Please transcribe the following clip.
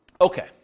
Okay